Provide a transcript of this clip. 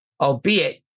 albeit